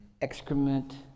excrement